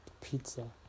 pizza